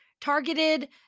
targeted